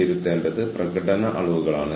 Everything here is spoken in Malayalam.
എന്തുകൊണ്ടാണ് ഫീൽഡ് വികസിപ്പിക്കേണ്ടത്